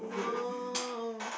no